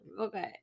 Okay